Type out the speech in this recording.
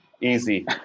easy